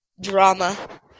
drama